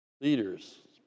leaders